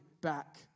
back